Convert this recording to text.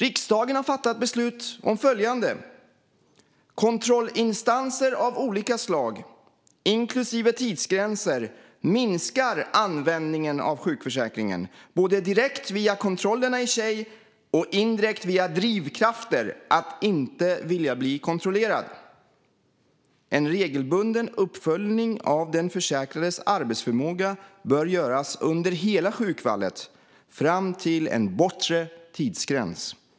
Riksdagen har fattat beslut om följande: Kontrollinstanser av olika slag inklusive tidsgränser minskar användningen av sjukförsäkringen både direkt via kontrollerna i sig och indirekt via drivkrafter att inte vilja bli kontrollerad. En regelbunden uppföljning av den försäkrades arbetsförmåga bör göras under hela sjukfallet fram till en bortre tidsgräns.